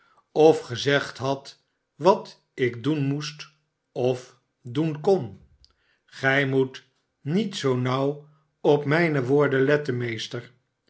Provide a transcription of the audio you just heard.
sof gezegd hadt wat ik doen moest of doen kon gij moet niet zoo nauw op mijne woorden letter meester